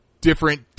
Different